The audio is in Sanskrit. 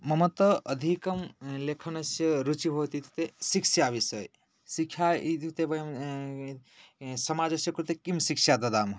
मम तु अधिकं लेखनस्य रुचिः भवति इत्युक्ते शिक्षा विषये शिक्षा इत्युक्ते वयं समाजस्य कृते किं शिक्षां ददामि